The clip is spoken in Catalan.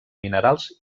minerals